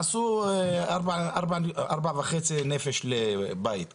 לא, הם עשו 4.5 נפש לבית כאילו.